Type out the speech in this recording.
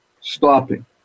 stopping